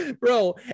bro